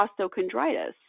costochondritis